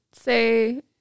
say